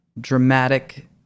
dramatic